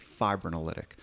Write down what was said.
fibrinolytic